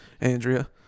Andrea